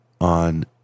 on